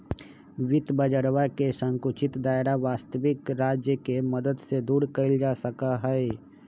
वित्त बाजरवा के संकुचित दायरा वस्तबिक राज्य के मदद से दूर कइल जा सका हई